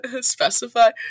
specify